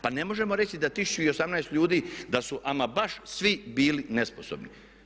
Pa ne možemo reći da 1018 ljudi da su ama baš svi bili nesposobni.